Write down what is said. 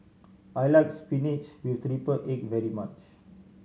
I like spinach with triple egg very much